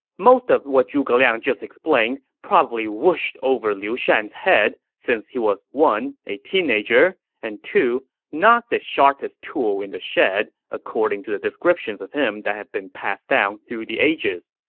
most of what zhuge liang just explained probably whooshed over liu shan's head, since he was one a teenager and two not the sharpest tool in the shed, according to the descriptions of him that have been passed down through the ages.